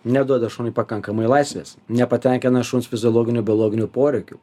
neduoda šuniui pakankamai laisvės nepatenkina šuns fiziologinių biologinių poreikių